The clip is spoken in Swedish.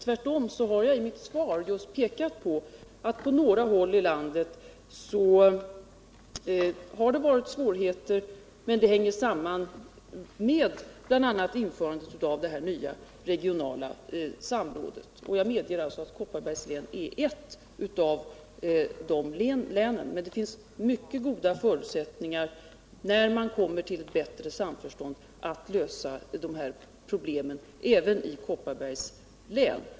Tvärtom har jag i mitt svar just pekat på att det på några håll har varit svårigheter men att det bl.a. hänger samman med införandet av det nya regionala samrådet. Jag medger att Kopparberg är ett av de län där man haft problem, men när man kommer till ett bättre samförstånd finns det mycket goda förutsättningar att lösa dessa problem även i Kopparbergs län.